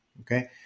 Okay